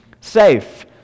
safe